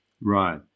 Right